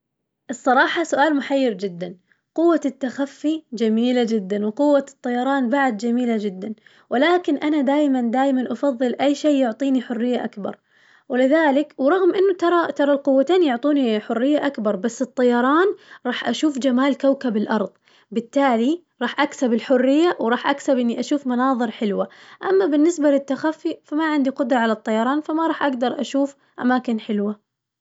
الصراحة سؤال محير جداً، قوة التخفي جميلة جداً وقوة الطيران بعد جميلة جداً، ولكن أنا دايماً دايماً أفضل أي شي يعطيني حرية أكبر ولذلك ورغم إنه ترى ترى القوتين يعطوني حرية أكبر بس الطيران راح أشوف جمال كوكب الأرض، بالتالي راح أكسب الحرية وراح أكسب إني اشوف مناظر حلوة، أما بالنسبة للتخفي فما عندي قدرة على الطيران فما راح أقدر أشوف أماكن حلوة.